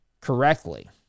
correctly